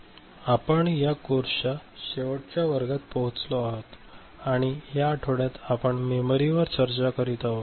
आपण या कोर्सच्या शेवटच्या वर्गात पोहचलो आहोत आणि या आठवड्यात आपण मेमरीवर चर्चा करीत आहोत